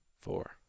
Four